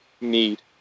need